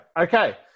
Okay